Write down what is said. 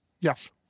Yes